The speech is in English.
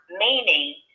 meaning